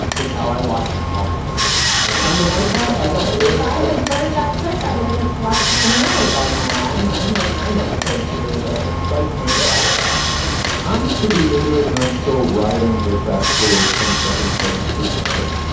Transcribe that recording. it's how i watched all of it but i mean, i just i got say i had learned that trick. i would have watched the finale by now. i'm i'm like nine episodes through, but i didn't quite make it all the way i'm pretty into it. and i'm still writing the fast forward ten seconds button pretty hard.